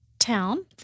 town